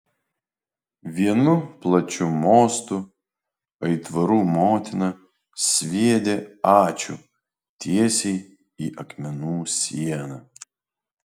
vienu plačiu mostu aitvarų motina sviedė ačiū tiesiai į akmenų sieną